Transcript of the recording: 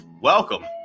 Welcome